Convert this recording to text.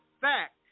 fact